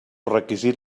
requisit